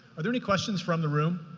are there any questions from the room?